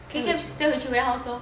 send 回去 warehouse lor